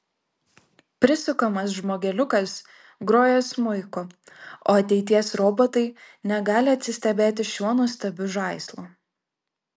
prisukamas žmogeliukas groja smuiku o ateities robotai negali atsistebėti šiuo nuostabiu žaislu